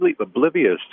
oblivious